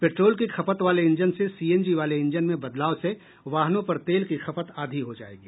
petrol की खपत वाले इंजन से सीएनजी वाले इंजन में बदलाव से वाहनों पर तेल की खपत आधी हो जाएगी